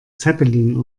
zeppelin